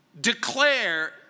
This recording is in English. declare